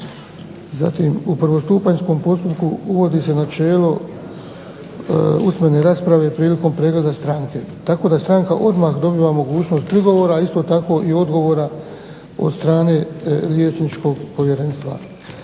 Zatim, u prvostupanjskom postupku uvodi se načelo usmene rasprave prilikom pregleda stranke tako da stranka odmah dobiva mogućnost prigovora, a isto tako i odgovora od strane Liječničkog povjerenstva.